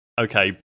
okay